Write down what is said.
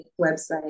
website